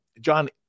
John